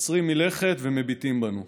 עוצרים מלכת ומביטים בנו.